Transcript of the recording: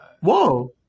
Whoa